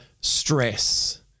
stress